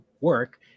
work